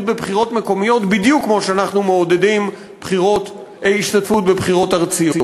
בבחירות מקומיות בדיוק כמו שאנחנו מעודדים השתתפות בבחירות ארציות,